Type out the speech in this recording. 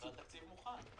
אבל התקציב מוכן.